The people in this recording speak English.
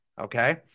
Okay